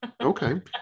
Okay